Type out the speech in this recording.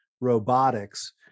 robotics